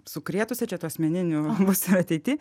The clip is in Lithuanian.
sukrėtusia čia tų asmeninių bus ir ateity